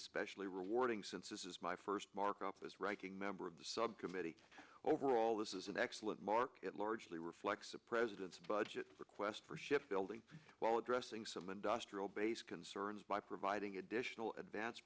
especially rewarding since this is my first markup as ranking member of the subcommittee overall this is an excellent market largely reflects a president's budget request for ship building while addressing some industrial base concerns by providing additional advance